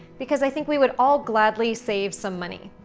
because i think we would all gladly save some money.